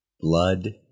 Blood